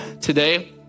today